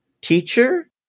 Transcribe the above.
teacher